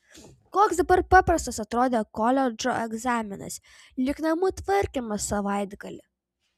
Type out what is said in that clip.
koks dabar paprastas atrodė koledžo egzaminas lyg namų tvarkymas savaitgalį